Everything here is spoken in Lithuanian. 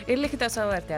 ir likite su lrt